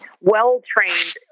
well-trained